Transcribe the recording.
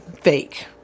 fake